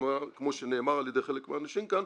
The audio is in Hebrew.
כמו שנאמר על ידי חלק מהאנשים כאן,